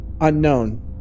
Unknown